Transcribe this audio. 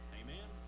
amen